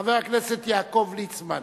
חבר הכנסת יעקב ליצמן,